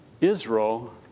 Israel